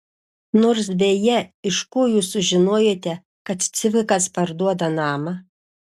nors beje iš ko jūs sužinojote kad cvikas parduoda namą